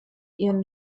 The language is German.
ihren